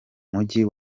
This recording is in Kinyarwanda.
mujyi